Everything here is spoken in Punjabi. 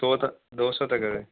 ਸੌ ਤਾਂ ਦੋ ਸੌ ਤਾਂ ਕਰੋ